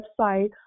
website